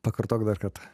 pakartok dar kartą